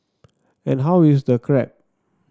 and how is the crab